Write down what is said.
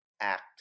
Act